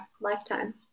lifetime